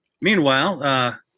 meanwhile